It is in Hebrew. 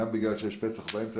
גם בגלל שיש פסח באמצע,